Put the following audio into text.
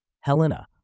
Helena